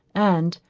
and,